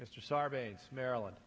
mr sarbanes maryland